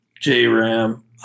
J-Ram